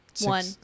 One